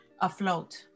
afloat